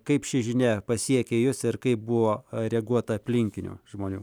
kaip ši žinia pasiekė jus ir kaip buvo reaguota aplinkinių žmonių